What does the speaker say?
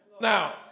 Now